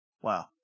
Wow